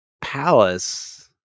palace